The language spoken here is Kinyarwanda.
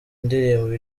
ndirimbo